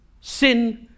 Sin